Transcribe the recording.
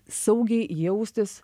saugiai jaustis